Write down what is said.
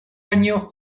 año